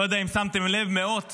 לא יודע אם שמתם לב, מאות